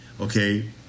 okay